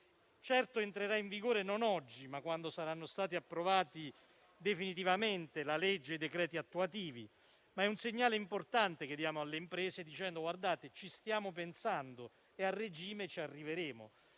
Certo non entrerà in vigore oggi, ma quando saranno stati approvati definitivamente la legge e i decreti attuativi; si tratta però di un segnale importante che diamo alle imprese, dicendo che ci stiamo pensando e a regime ci arriveremo.